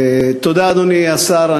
תודה, אדוני השר.